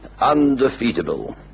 undefeatable